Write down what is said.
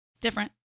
Different